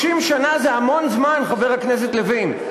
50 שנה זה המון זמן, חבר הכנסת לוין.